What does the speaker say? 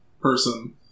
person